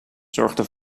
zorgde